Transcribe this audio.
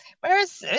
whereas